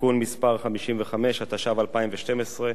(תיקון מס' 55), התשע"ב 2012,